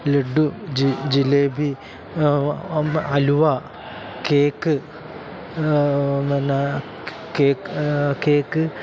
laddu jalebi halwa cake പിന്ന cake